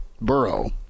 Burrow